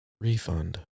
refund